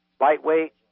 Lightweight